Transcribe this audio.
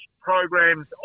programs